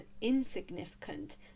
insignificant